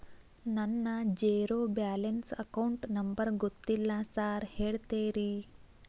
ನನ್ನ zero balance account number ಗೊತ್ತಿಲ್ಲ sir ಹೇಳ್ತೇರಿ?